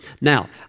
Now